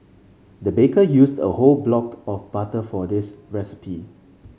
the baker used a whole block of butter for this recipe